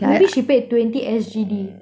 maybe she paid twenty S_G_D